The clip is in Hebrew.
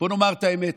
בואו נאמר את האמת: